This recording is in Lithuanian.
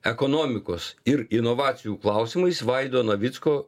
ekonomikos ir inovacijų klausimais vaido navicko